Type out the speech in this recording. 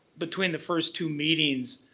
between the first two meetings,